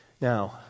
Now